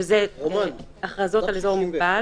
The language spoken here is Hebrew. שזה הכרזות על אזור מוגבל,